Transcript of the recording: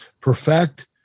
perfect